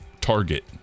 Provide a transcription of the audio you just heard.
Target